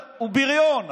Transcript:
הוא בריון,